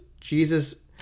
Jesus